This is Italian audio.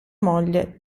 moglie